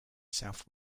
south